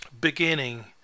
Beginning